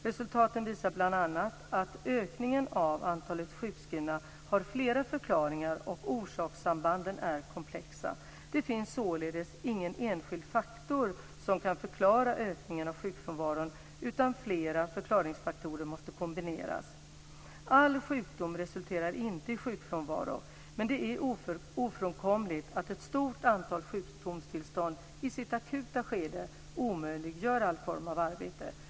Resultaten visar bl.a. att ökningen av antalet sjukskrivna har flera förklaringar och att orsakssambanden är komplexa. Det finns således ingen enskild faktor som kan förklara ökningen av sjukfrånvaron, utan flera förklaringsfaktorer måste kombineras. All sjukdom resulterar inte i sjukfrånvaro, men det är ofrånkomligt att ett stort antal sjukdomstillstånd i sitt akuta skede omöjliggör all form av arbete.